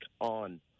on